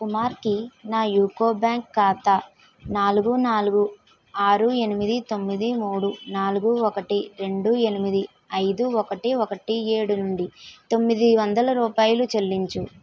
కుమార్కి నా UCO bank ఖాతా నాలుగు నాలుగు ఆరు ఎనిమిది తొమ్మిది మూడు నాలుగు ఒకటి రెండు ఎనిమిది ఐదు ఒకటి ఒకటి ఏడు నుండి తొమ్మిది వందల రూపాయలు చెల్లించు